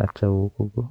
wawata waduki.